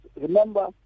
Remember